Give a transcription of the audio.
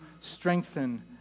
strengthen